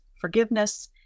forgiveness